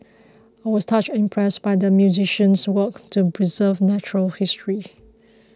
I was touched and impressed by the museum's work to preserve natural history